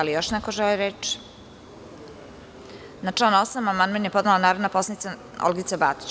Da li još neko želi reč? (Ne.) Na član 8. amandman je podnela narodna poslanica Olgica Batić.